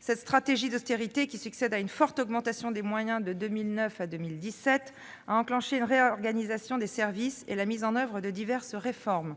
Cette stratégie d'austérité, qui succède à une forte augmentation des moyens de 2009 à 2017, a enclenché une réorganisation des services et la mise en oeuvre de diverses réformes.